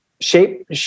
Shape